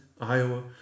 Iowa